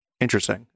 Interesting